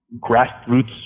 grassroots